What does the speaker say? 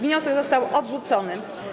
Wniosek został odrzucony.